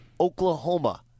Oklahoma